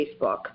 Facebook